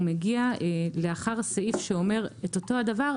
הוא מגיע לאחר סעיף שאומר את אותו הדבר,